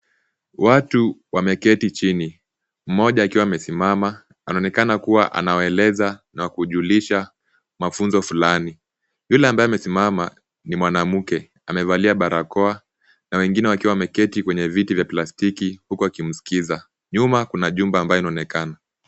Watu wameketi chini, mmoja akiwa amesimama. Anaonekana kuwa anawaeleza na kujulisha mafunzo fulani. Yule ambaye amesimama ni mwanamke. Amevalia barakoa na wengine wakiwa wameketi kwenye viti vya plastiki huku wakimsikiza. Nyuma kuna jumba ambalo linaonekana.